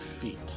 feet